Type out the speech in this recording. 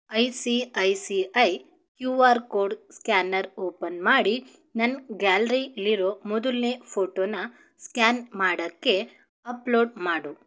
I C I C I Q R code scanner open ಮಾಡಿ ನನ್ನ ಗ್ಯಾಲ್ರಿಲಿರೋ ಮೊದಲನೇ ಫೋಟೋನ ಸ್ಕ್ಯಾನ್ ಮಾಡೋಕ್ಕೆ ಅಪ್ಲೋಡ್ ಮಾಡು